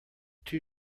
two